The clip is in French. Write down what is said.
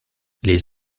les